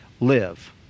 live